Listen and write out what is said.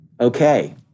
okay